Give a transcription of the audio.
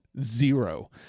zero